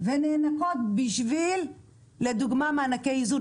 ונאנקות בשביל לדוגמה מענקי איזון.